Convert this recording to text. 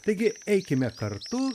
taigi eikime kartu